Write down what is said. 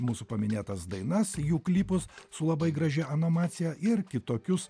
mūsų paminėtas dainas jų klipus su labai gražia animacija ir kitokius